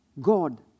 God